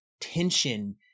tension